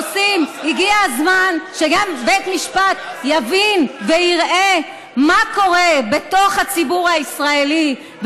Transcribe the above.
הגיע הזמן שגם בית משפט יבין ויראה מה קורה בתוך הציבור הישראלי,